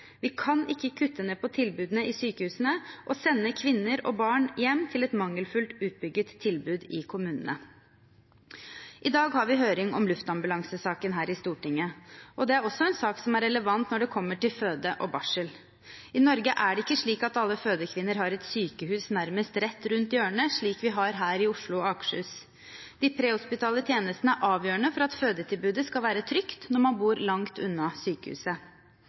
Vi kan ikke kutte ned på tilbudene i sykehusene og sende kvinner og barn hjem til et mangelfullt utbygd tilbud i kommunene. I dag har vi høring om luftambulansesaken her i Stortinget. Det er også en sak som er relevant når det gjelder fødsel og barsel. I Norge er det ikke slik at alle fødekvinner har et sykehus nærmest rett rundt hjørnet, slik vi har her i Oslo og Akershus. De prehospitale tjenestene er avgjørende for at fødetilbudet skal være trygt når man bor langt unna sykehuset.